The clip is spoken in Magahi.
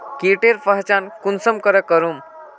कीटेर पहचान कुंसम करे करूम?